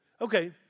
Okay